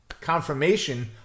Confirmation